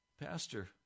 Pastor